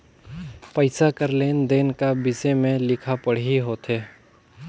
पइसा कर लेन देन का बिसे में लिखा पढ़ी होथे